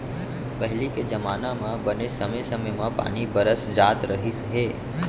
पहिली के जमाना म बने समे समे म पानी बरस जात रहिस हे